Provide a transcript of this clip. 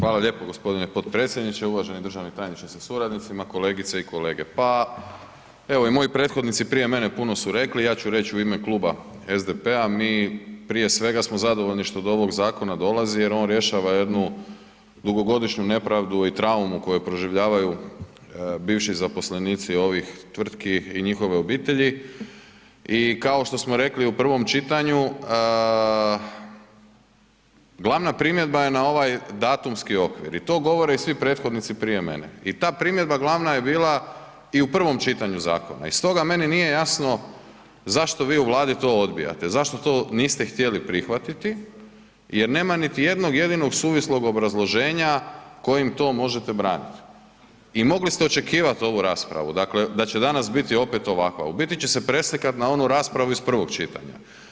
Hvala lijepo g. potpredsjedniče, uvaženi državni tajniče sa suradnicima, kolegice i kolege, pa evo i moji prethodnici prije mene puno su rekli, ja ću reć u ime Kluba SDP-a, mi prije svega smo zadovoljni što do ovog zakona dolazi jer on rješava jednu dugogodišnju nepravdu i traumu koju proživljavaju bivši zaposlenici ovih tvrtki i njihove obitelji i kao što smo rekli u prvom čitanju, glavna primjedba je na ovaj datumski okvir i to govore svi prethodnici prije mene i ta primjedba glavna je bila i u prvom čitanju zakona i stoga meni nije jasno zašto vi u Vladi to odbijate, zašto to niste htjeli prihvatiti jer nema niti jednog jedinog suvislog obrazloženja kojim to možete branit i mogli ste očekivat ovu raspravu, dakle da će danas biti opet ovakva, u biti će se preslikat na onu raspravu iz prvog čitanja.